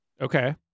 Okay